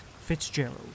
Fitzgerald